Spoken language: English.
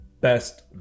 best